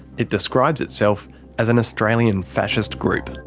it describes itself as an australian fascist group